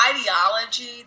ideology